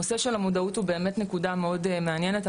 הנושא של המודעות הוא באמת נקודה מאוד מעניינת.